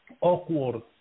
awkward